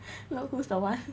look who's the one